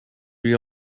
lui